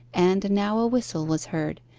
and now a whistle was heard,